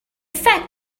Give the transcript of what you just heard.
fact